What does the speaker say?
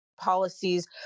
policies